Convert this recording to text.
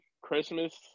Christmas